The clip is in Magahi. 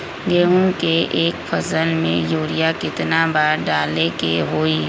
गेंहू के एक फसल में यूरिया केतना बार डाले के होई?